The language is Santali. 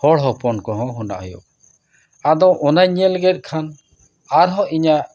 ᱦᱚᱲ ᱦᱚᱯᱚᱱ ᱠᱚᱦᱚᱸ ᱚᱱᱟ ᱦᱩᱭᱩᱜ ᱟᱫᱚ ᱚᱱᱟᱧ ᱧᱮᱞ ᱠᱮᱜ ᱠᱷᱟᱱ ᱟᱨᱦᱚᱸ ᱤᱧᱟᱹᱜ